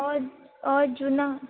हय हय जूना